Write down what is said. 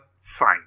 fine